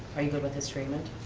are you good with his treatment?